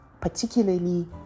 particularly